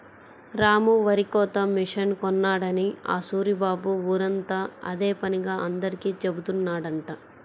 రాము వరికోత మిషన్ కొన్నాడని ఆ సూరిబాబు ఊరంతా అదే పనిగా అందరికీ జెబుతున్నాడంట